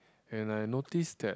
and I noticed that